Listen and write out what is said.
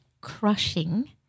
crushing